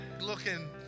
looking